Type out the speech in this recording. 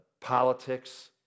politics